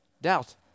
doubt